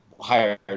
hired